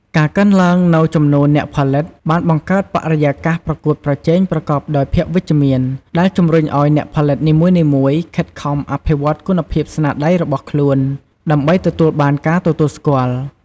ការកើនឡើងនូវចំនួនអ្នកផលិត បានបង្កើតបរិយាកាសប្រកួតប្រជែងប្រកបដោយភាពវិជ្ជមាន ដែលជំរុញឱ្យអ្នកផលិតនីមួយៗខិតខំអភិវឌ្ឍគុណភាពស្នាដៃរបស់ខ្លួន ដើម្បីទទួលបានការទទួលស្គាល់។